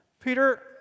Peter